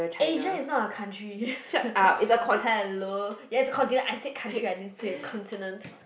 Asia is not a country hello yes it is a continent I said country I didn't say a continent